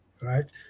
right